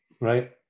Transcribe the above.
Right